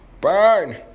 Burn